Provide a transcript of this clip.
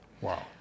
Wow